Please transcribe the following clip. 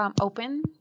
open